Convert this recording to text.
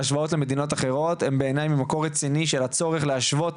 ההשוואות למדינות אחרות הן בעיניי ממקום רציני של הצורך להשוות,